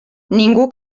ningú